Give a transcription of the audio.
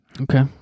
Okay